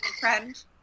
friend